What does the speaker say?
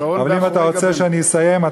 אם אתה רוצה שאני אסיים,